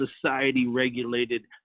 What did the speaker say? society-regulated